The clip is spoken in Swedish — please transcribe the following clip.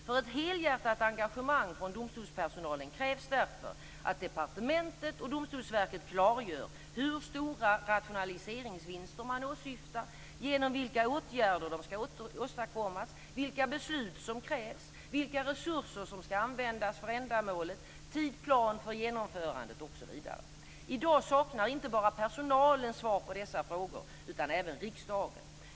För ett helhjärtat engagemang från domstolspersonalen krävs därför att departementet och Domstolsverket klargör hur stora rationaliseringsvinster man åsyftar, genom vilka åtgärder de ska åstadkommas, vilka beslut som krävs, vilka resurser som ska användas för ändamålet, tidsplan för genomförandet osv. I dag saknar inte bara personalen svar på dessa frågor utan även riksdagen.